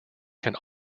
can